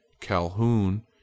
Calhoun